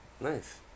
Nice